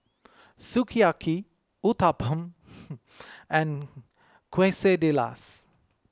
Sukiyaki Uthapam and Quesadillas